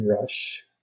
rush